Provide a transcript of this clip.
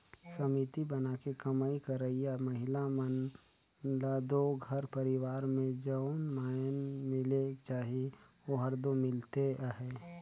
समिति बनाके कमई करइया महिला मन ल दो घर परिवार में जउन माएन मिलेक चाही ओहर दो मिलते अहे